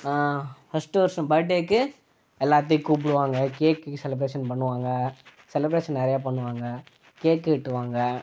first வருஷோம் படேக்கு எல்லாத்தையும் கூப்புடுவாங்க கேக் செலிபிரேஷன் பண்ணுவாங்க செலபிரேஷன் நிறையாப் பண்ணுவாங்க கேக்கு வெட்டுவாங்க